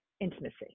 intimacy